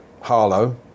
harlow